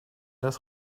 das